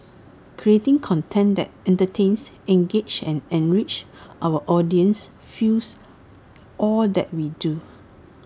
creating content that entertains engages and enriches our audiences fuels all that we do